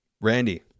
Randy